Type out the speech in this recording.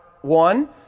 one